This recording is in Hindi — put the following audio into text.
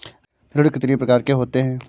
ऋण कितनी प्रकार के होते हैं?